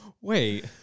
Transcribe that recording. Wait